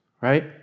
right